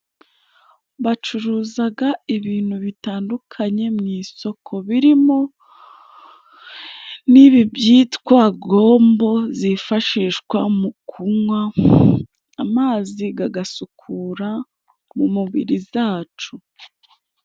Bacuruzaga ibintu bitandukanye mu isoko, birimo n'ibi byitwa gombo zifashishwa mu kunywa amazi gagasukura mu mubiri zacu.